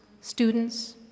students